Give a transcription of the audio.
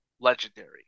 legendary